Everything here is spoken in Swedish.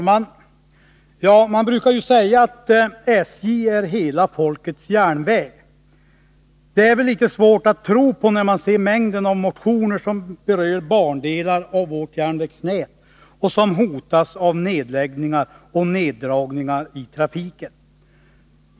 Herr talman! Man brukar ju säga att SJ är hela folkets järnväg. Detta är väl litet svårt att tro, när man ser mängden av motioner som berör bandelar av vårt järnvägsnät vilka hotas av nedläggningar och neddragningar.